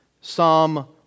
Psalm